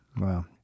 Wow